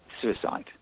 suicide